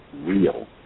real